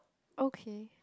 okay